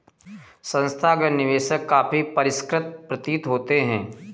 संस्थागत निवेशक काफी परिष्कृत प्रतीत होते हैं